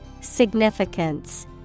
Significance